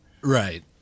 Right